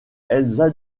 elsa